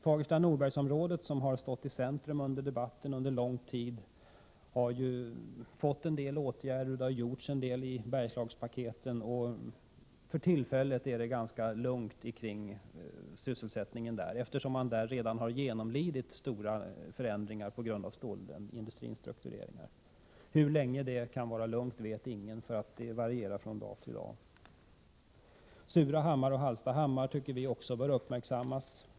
Fagersta—Norberg-området, som har stått i centrum för debatten under lång tid, har fått en del åtgärder. Det har gjorts en del i Bergslagspaketen, och för tillfället är det ganska lugnt kring sysselsättningen där, eftersom man redan har genomlidit stora förändringar på grund av stålindustrins omstruktureringar. Hur länge det kan vara lugnt vet ingen, för det varierar från dag till dag. Surahammar och Hallstahammar tycker vi också bör uppmärksammas.